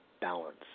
balance